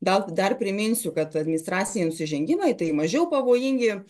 gal tik dar priminsiu kad administraciniai nusižengimai tai mažiau pavojingi